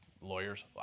lawyers